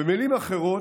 במילים אחרות,